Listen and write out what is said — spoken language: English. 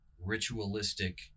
ritualistic